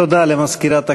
תודה למזכירת הכנסת.